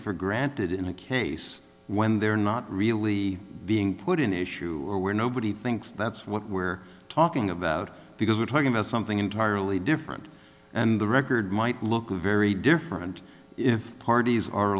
for granted in a case when they're not really being put in issue or where nobody thinks that's what we're talking about because we're talking about something entirely different and the record might look very different if the parties are